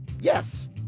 Yes